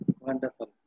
wonderful